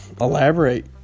elaborate